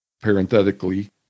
parenthetically